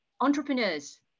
Entrepreneurs